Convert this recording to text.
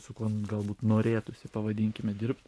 su kuo galbūt norėtųsi pavadinkime dirbt